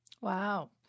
Wow